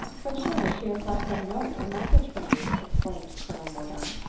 but, surely she has left some note or message for me! exclaimed colonel mordaunt.